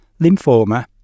lymphoma